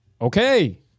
Okay